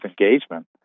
engagement